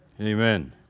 amen